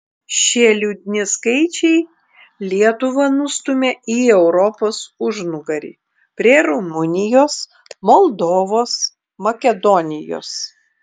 šie liūdni skaičiai lietuvą nustumia į europos užnugarį prie rumunijos moldovos makedonijos